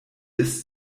ist